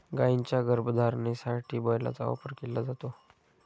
गायींच्या गर्भधारणेसाठी बैलाचा वापर केला जातो